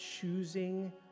choosing